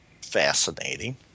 fascinating